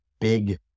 big